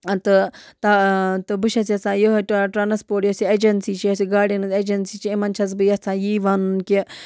تہٕ بہٕ چھَس یَژھان یِہٲے ٹرانَسپوٹ یۄس یہِ اٮ۪جَنسی چھِ یۄس یہِ گاڑٮ۪ن ہٕنٛز اٮ۪جَنسی چھِ یِمَن چھَس بہٕ یَژھان یی وَنُن کہِ